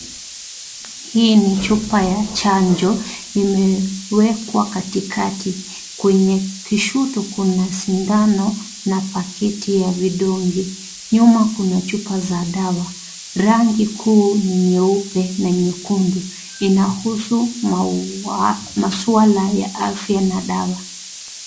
Hii ni chupa ya chanjo imewekwa katikati. Kwenye kushoto kuna sindano na pakiti ya vidonge. Nyuma kuna chupa za dawa. Rangi kuu ni nyeupe na nyekundu. Inahusu masuala ya afya na dawa.